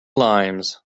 limes